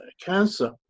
cancer